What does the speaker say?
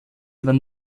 waren